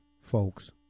folks